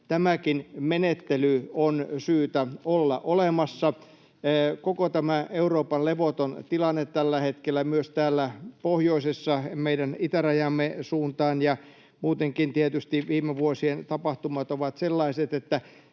tämänkin menettelyn on syytä olla olemassa. Koko tämä Euroopan levoton tilanne tällä hetkellä myös täällä pohjoisessa meidän itärajamme suuntaan ja muutenkin tietysti viime vuosien tapahtumat ovat sellaiset, että